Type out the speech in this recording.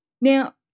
Now